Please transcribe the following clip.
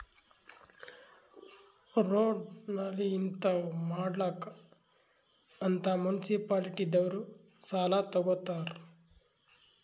road, ನಾಲಿ ಹಿಂತಾವ್ ಮಾಡ್ಲಕ್ ಅಂತ್ ಮುನ್ಸಿಪಾಲಿಟಿದವ್ರು ಸಾಲಾ ತಗೊತ್ತಾರ್